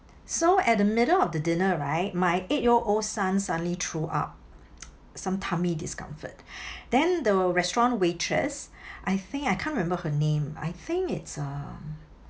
so at the middle of the dinner right my eight year old son suddenly threw up some tummy discomfort then the restaurant waitress I think I can't remember her name I think it's uh